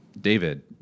David